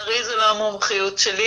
לצערי זה לא המומחיות שלי.